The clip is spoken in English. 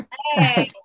hey